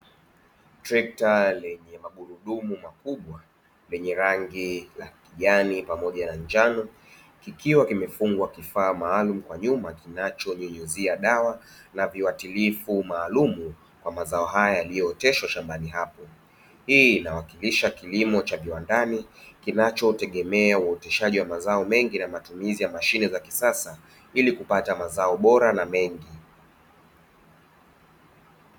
Trekta lenye magurudumu makubwa, lenye rangi la kijani pamoja na njano, kikiwa kimefungwa kifaa maalumu kwa nyuma kinacho nyunyuzia dawa na viwatilifu maalumu kwa mazao haya yaliyooteshwa shambani hapo, hii inawakilisha kilimo cha viwandani kinachotegemea uoteshaji wa mazao mengi na matumizi ya mashine za kisasa ili kupata mazao bora na mengi.